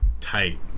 tight